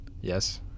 Yes